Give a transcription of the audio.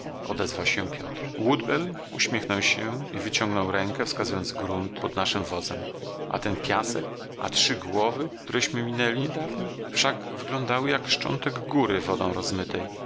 odezwał się piotr woodbell uśmiechnął sic i wyciągnął rękę wskazując grunt pod naszym wozem a ten piasek a trzy głowy któreśmy minęli niedawno wszak wyglądały jak szczątek góry